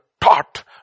taught